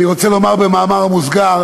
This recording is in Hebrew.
אני רוצה לומר במאמר מוסגר,